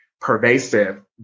pervasive